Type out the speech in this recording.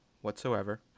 whatsoever